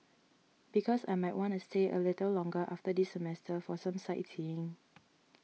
because I might want to stay a little longer after this semester for some sightseeing